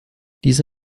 diese